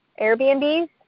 Airbnbs